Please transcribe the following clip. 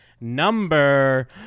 number